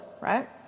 right